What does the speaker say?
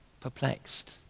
perplexed